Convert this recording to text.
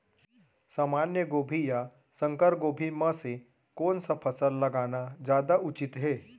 सामान्य गोभी या संकर गोभी म से कोन स फसल लगाना जादा उचित हे?